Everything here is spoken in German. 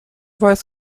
weiß